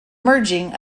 merging